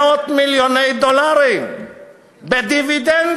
מאות מיליוני דולרים בדיבידנדים,